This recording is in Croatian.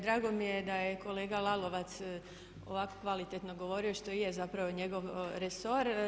Drago mi je da je kolega Lalovac ovako kvalitetno govorimo što i je zapravo njegov resor.